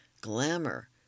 Glamour